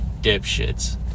dipshits